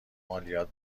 مالیات